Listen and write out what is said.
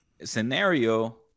scenario